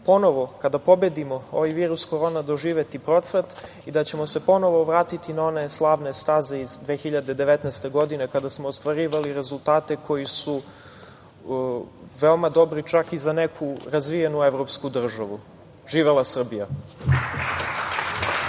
ponovo kada pobedimo ovaj virus korona doživeti procvat i da ćemo se ponovo vratiti na one slavne staze iz 2019. godine kada smo ostvarivali rezultate koji su veoma dobri, čak i za neku razvijenu evropsku državu. Živela Srbija.